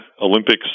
Olympics